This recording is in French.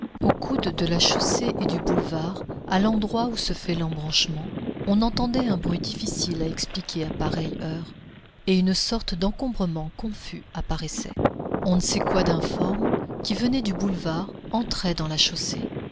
au coude de la chaussée et du boulevard à l'endroit où se fait l'embranchement on entendait un bruit difficile à expliquer à pareille heure et une sorte d'encombrement confus apparaissait on ne sait quoi d'informe qui venait du boulevard entrait dans la chaussée